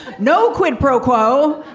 no quid pro quo.